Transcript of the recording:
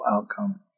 outcome